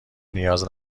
نیاز